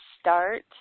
start